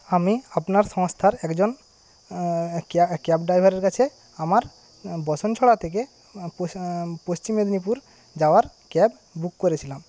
আমি আপনার সংস্থার একজন ক্যাব ড্রাইভারের কাছে আমার বসনছড়া থেকে পশ্চিম মেদিনীপুর যাওয়ার ক্যাব বুক করেছিলাম